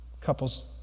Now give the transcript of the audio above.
couples